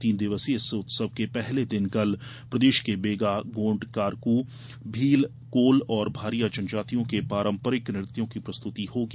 तीन दिवसीय इस उत्सव के पहले दिन कल प्रदेश के बैगा र्गोड कारकू भील कोल और भारिया जनजातियों के पारंपरिक नृत्यों की प्रस्तुति होगी